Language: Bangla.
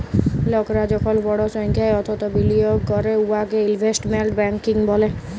লকরা যখল বড় সংখ্যায় অথ্থ বিলিয়গ ক্যরে উয়াকে ইলভেস্টমেল্ট ব্যাংকিং ব্যলে